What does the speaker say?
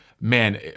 man